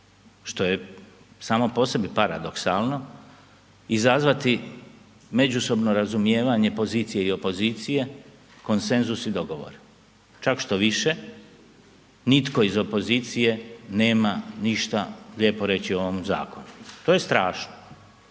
što je samo po sebi paradoksalno, izazvati međusobno razumijevanje pozicije i opozicije, konsenzus i dogovor, čak štoviše, nitko iz opozicije nema ništa lijepo reći o ovom zakonu. To je strašno,